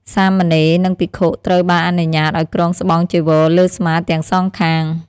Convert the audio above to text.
សាមណេរ និងភិក្ខុត្រូវបានអនុញ្ញាតឱ្យគ្រងស្បង់ចីវរលើស្មាទាំងសងខាង។